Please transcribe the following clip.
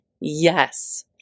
yes